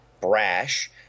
brash